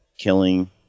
killing